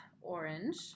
orange